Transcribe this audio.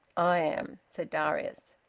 i am, said darius.